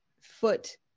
foot